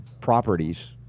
properties